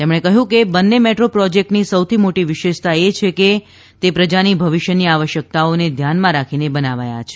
તેમણે કહ્યું કે બંને મેટ્રો પ્રોજેક્ટની સૌથી મોટી વિશેષતા એ છે કે તે પ્રજાની ભવિષ્યની આવશ્યકતાઓને ધ્યાનમાં રાખીને બનાવાયા છે